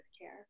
care